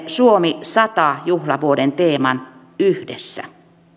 suomi sadan juhlavuoden teeman yhdessä